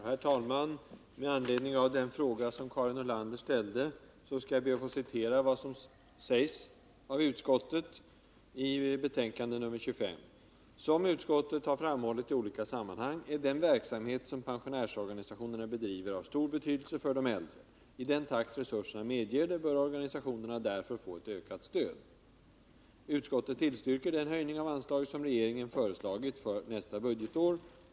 Herr talman! Med anledning av den fråga som Karin Nordlander ställde ber jag att få citera vad utskottet skriver i betänkande nr 25. Där står bl.a. följande: ”Som utskottet framhållit i olika sammanhang är den verksamhet som pensionärsorganisationerna bedriver av stor betydelse för de äldre. I den takt resurserna medger det bör organisationerna därför få ett ökat statligt stöd. Utskottet tillstyrker den höjning av anslaget, som regeringen föreslagit för nästa budgetår.